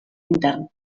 intern